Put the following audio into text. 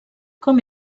com